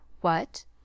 what